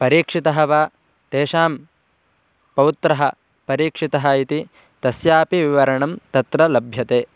परीक्षितः वा तेषां पौत्रः परीक्षितः इति तस्यापि विवरणं तत्र लभ्यते